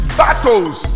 battles